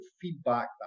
feedback